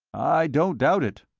i don't doubt it.